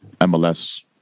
MLS